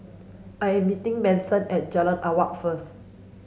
I am meeting Manson at Jalan Awang first